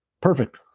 Perfect